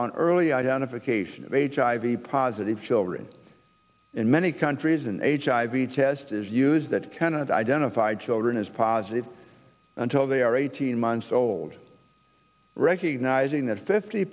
on early identification of a positive children in many countries and hiv test is used that kind of identify children as positive until they are eighteen months old recognizing that fifty